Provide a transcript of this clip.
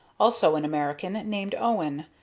also an american, named owen,